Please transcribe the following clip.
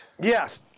yes